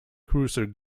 cruiser